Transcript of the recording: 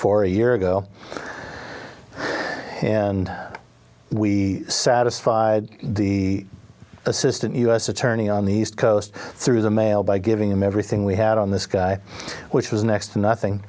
for a year ago and we satisfied the assistant u s attorney on the east coast through the mail by giving him everything we had on this guy which was next to nothing